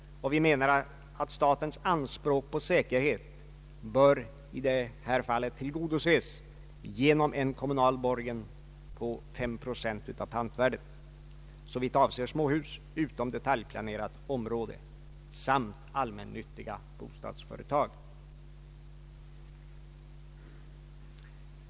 Vi menar att statens anspråk på säkerhet i det här fallet bör tillgodoses genom en kommunal borgen på 5 procent av pantvärdet såvitt avser småhus utom detaljplanerat område samt allmännyttigt bostadsföretag.